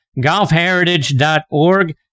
golfheritage.org